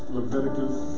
Leviticus